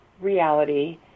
reality